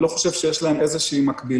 אני לא חושב שיש להם איזו מקבילה,